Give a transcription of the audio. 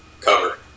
cover